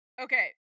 Okay